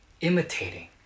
imitating